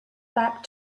back